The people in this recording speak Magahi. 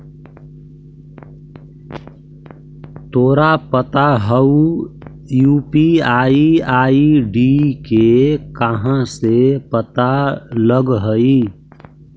तोरा पता हउ, यू.पी.आई आई.डी के कहाँ से पता लगऽ हइ?